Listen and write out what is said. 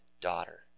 daughter